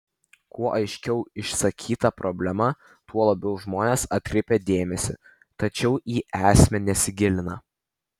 kuo aiškiau išsakyta problema tuo labiau žmonės atkreipia dėmesį tačiau į esmę nesigilina